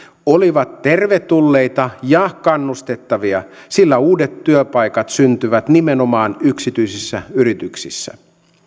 olivat tervetulleita ja kannustettavia sillä uudet työpaikat syntyvät nimenomaan yksityisissä yrityksissä